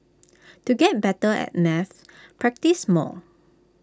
to get better at maths practise more